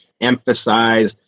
emphasize